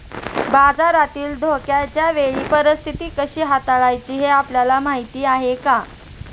बाजारातील धोक्याच्या वेळी परीस्थिती कशी हाताळायची हे आपल्याला माहीत आहे का?